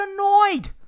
annoyed